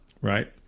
Right